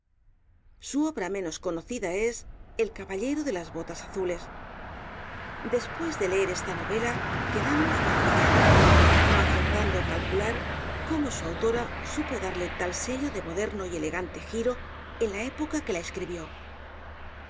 su obra menos conocida es el caballero de las botas azules después de leer esta novela quedamos maravillados no acertando á calcular cómo su autora supo darle tal sello de moderno y elegante giro en la época que la escribió la